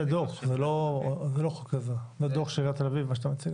זה דוח של עיריית תל אביב, מה שאתה מציג.